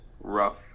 rough